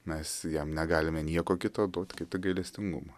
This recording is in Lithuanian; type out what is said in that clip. mes jam negalime nieko kito duoti kaip tik gailestingumą